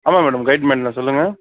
ஆமாம் madam guide man தான் சொல்லுங்க